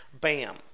Bam